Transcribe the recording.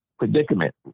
predicament